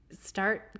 start